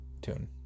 tune